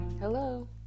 Hello